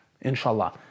inshallah